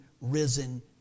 risen